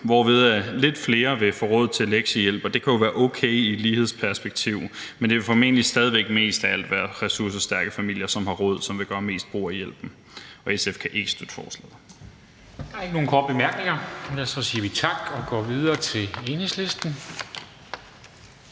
hvorved lidt flere vil få råd til lektiehjælp, og det kan jo være okay i et lighedsperspektiv, men det vil formentlig stadig væk mest af alt være ressourcestærke familier, som har råd, der vil gøre mest brug af hjælpen. Og SF kan ikke støtte forslaget.